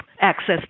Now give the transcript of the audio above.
access